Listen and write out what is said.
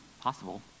possible